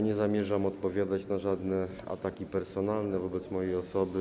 Nie zamierzam odpowiadać na żadne ataki personalne wobec mojej osoby.